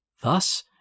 Thus